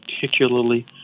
particularly